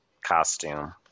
costume